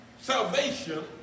salvation